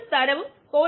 rgPrPk3 ES V